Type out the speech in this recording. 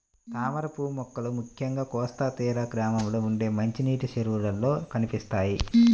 తామరపువ్వు మొక్కలు ముఖ్యంగా కోస్తా తీర గ్రామాల్లో ఉండే మంచినీటి చెరువుల్లో కనిపిస్తాయి